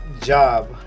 job